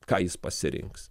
ką jis pasirinks